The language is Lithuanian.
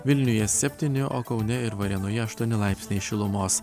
vilniuje septyni o kaune ir varėnoje aštuoni laipsniai šilumos